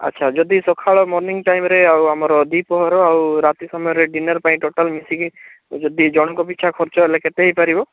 ଆଚ୍ଛା ଯଦି ସକାଳ ମର୍ଣ୍ଣିଂ ଟାଇମ୍ରେ ଆଉ ଆମର ଦ୍ୱିପ୍ରହର ଆଉ ରାତି ସମୟରେ ଡିନର ପାଇଁ ଟୋଟାଲ୍ ମିଶିକି ଯଦି ଜଣଙ୍କ ପିଛା ଖର୍ଚ୍ଚ ହେଲେ କେତେ ହେଇପାରିବ